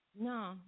No